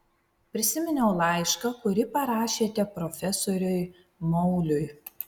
prisiminiau laišką kurį parašėte profesoriui mauliui